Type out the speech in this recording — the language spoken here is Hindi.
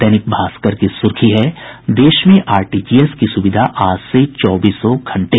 दैनिक भास्कर की सुर्खी है देश में आरटीजीएस की सुविधा आज से चौबीसों घंटे